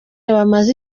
bamaze